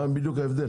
מה ההבדל?